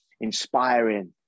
inspiring